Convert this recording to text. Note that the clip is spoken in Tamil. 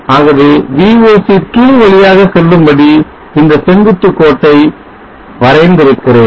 ஆகவே VOC2 வழியாக செல்லும்படி இந்த செங்குத்து கோட்டை வரைந்திருக்கிறேன்